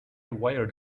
wired